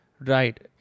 Right